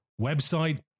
website